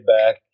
back